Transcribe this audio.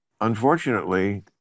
unfortunately